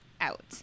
out